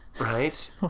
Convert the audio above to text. Right